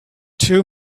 two